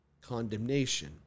condemnation